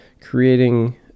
creating